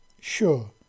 sure